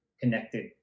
connected